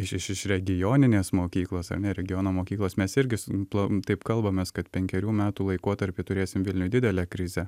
iš regioninės mokyklos ar ne regiono mokyklos mes irgi su taip kalbamės kad penkerių metų laikotarpy turėsim vilniuj didelę krizę